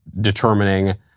determining